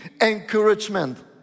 encouragement